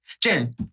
Jen